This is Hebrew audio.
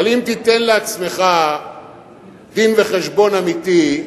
אבל אם תיתן לעצמך דין-וחשבון אמיתי,